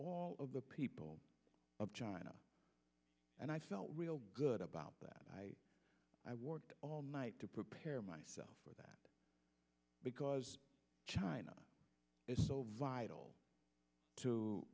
all of the people of china and i felt real good about that i worked all night to prepare myself for that because china is so vital to